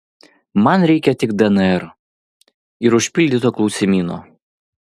man reikia tik dnr ir užpildyto klausimyno